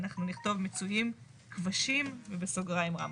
אנחנו נכתוב 'מצויים כבשִׁים' ובסוגריים רמפות.